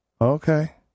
okay